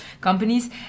companies